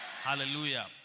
Hallelujah